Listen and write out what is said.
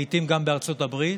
לעיתים גם בארצות הברית,